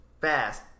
fast